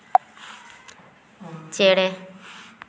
ᱪᱮᱬᱮ